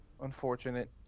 unfortunate